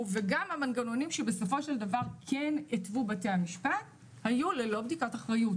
וגם המנגנונים שהתוו בתי המשפט היו ללא בדיקת אחריות.